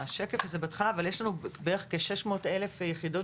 כיום בישראל יש לנו כ-600 אלף יחידות